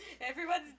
Everyone's